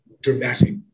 dramatic